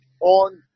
On